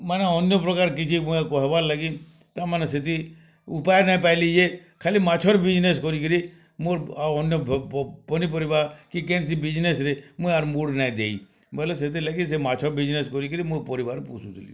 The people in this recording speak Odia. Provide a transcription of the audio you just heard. ମାନେ ଅନ୍ୟ ପ୍ରକାର କିଛି ମୋର କହିବାର୍ ଲାଗି ତା ମାନେ ସେଇଠି ଉପାୟ ନାଇ ପାଇଲି ଏ ଖାଲି ମାଛର ବିଜିନେସ୍ କରି କିରି ମୋର୍ ଆଉ ଅନ୍ୟ ପନିପରିବା କି କେନ୍ ସି ବିଜିନେସ୍ରେ ମୁଁଇ ଆର୍ ମୋର୍ ନା ଦେଇ ବୋଲେ ସେଥିର୍ ଲାଗି ମାଛ ବିଜିନେସ୍ କରି କିରି ମୋ ପରିବାର୍ ପୋଷୁ ଥିଲି